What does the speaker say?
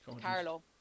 Carlo